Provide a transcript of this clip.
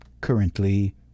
Currently